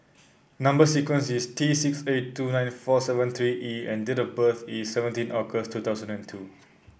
number sequence is T six eight two nine four seven three E and date of birth is seventeen August two thousand and two